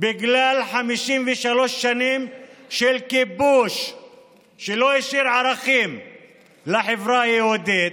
בגלל 53 שנים של כיבוש שלא השאיר ערכים לחברה היהודית,